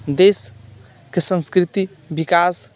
देशके संस्कृति विकास